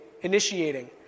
initiating